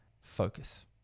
focus